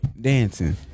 Dancing